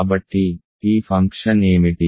కాబట్టి ఈ ఫంక్షన్ ఏమిటి